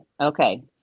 okay